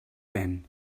vent